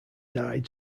died